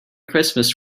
christmas